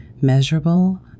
measurable